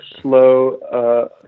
slow